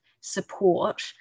support